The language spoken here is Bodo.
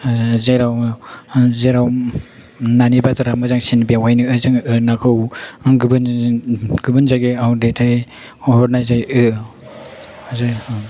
जेराव जेराव नानि बाजारा मोजांसिन बेवहायनो जोङो नाखौ गुबुन जायगायाव दैथायहरनाय जायो